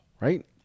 right